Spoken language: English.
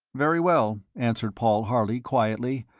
very well, answered paul harley, quietly,